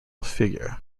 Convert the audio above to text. figure